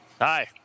Hi